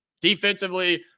Defensively